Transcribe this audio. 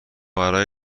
برای